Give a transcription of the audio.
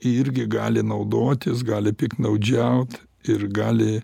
irgi gali naudotis gali piktnaudžiaut ir gali